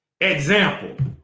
example